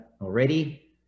already